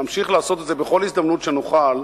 נמשיך לעשות את זה בכל הזדמנות שנוכל,